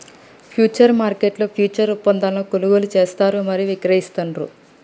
futures మార్కెట్లో futures ఒప్పందాలను కొనుగోలు చేస్తారు మరియు విక్రయిస్తాండ్రు